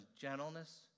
gentleness